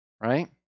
right